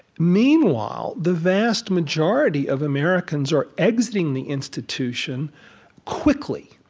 meanwhile, the vast majority of americans are exiting the institution quickly.